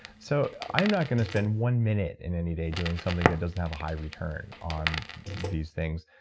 so i'm not going to spend one minute in any day doing something that doesn't have a high return on these things,